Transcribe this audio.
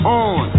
on